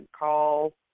call